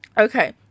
Okay